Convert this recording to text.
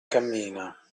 cammina